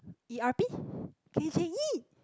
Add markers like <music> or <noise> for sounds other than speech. E_R_P <breath> K_J_E